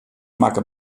makke